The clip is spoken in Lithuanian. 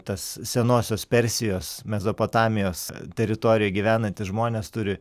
tas senosios persijos mesopotamijos teritorijoj gyvenantys žmonės turi